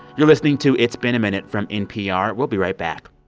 you're listening to it's been a minute from npr. we'll be right back